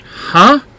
Huh